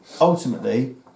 Ultimately